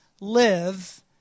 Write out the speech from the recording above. live